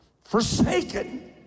forsaken